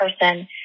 person